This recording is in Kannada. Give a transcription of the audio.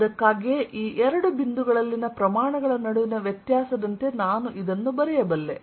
ಅದಕ್ಕಾಗಿಯೇ ಈ ಎರಡು ಬಿಂದುಗಳಲ್ಲಿನ ಪ್ರಮಾಣಗಳ ನಡುವಿನ ವ್ಯತ್ಯಾಸದಂತೆ ನಾನು ಇದನ್ನು ಬರೆಯಬಲ್ಲೆ